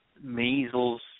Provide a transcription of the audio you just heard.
measles